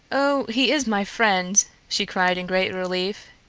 oh, he is my friend, she cried in great relief.